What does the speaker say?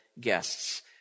guests